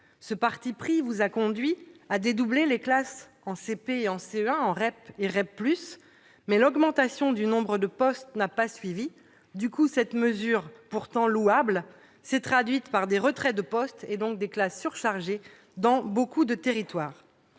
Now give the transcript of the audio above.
Ce parti pris vous a conduit à dédoubler les classes en CP et en CE1 en REP et REP+. Mais l'augmentation du nombre de postes n'a pas suivi. Du coup, cette mesure, pourtant louable, s'est traduite par des retraits de postes et donc des classes surchargées dans beaucoup de territoires.